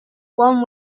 one